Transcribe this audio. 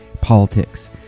politics